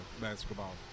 basketball